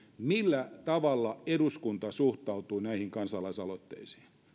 millä tavalla eduskunta suhtautuu näihin kansalaisaloitteisiin